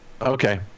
Okay